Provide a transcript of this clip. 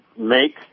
make